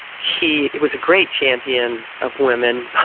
he was a great champion of women.